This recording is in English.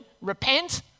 repent